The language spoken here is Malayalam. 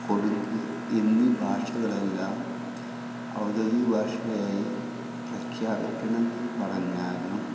കൊടക് എന്നീ ഭാഷകളെല്ലാം ഔദ്യോതിക ഭാഷയായി പ്രഖ്യാപിക്കണമെന്ന് പറഞ്ഞാലും